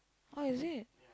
or is it